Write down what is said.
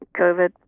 Covid